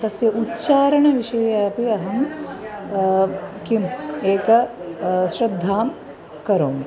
तस्य उच्चारणविषये अपि अहं किम् एकं श्रद्धां करोमि